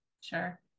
sure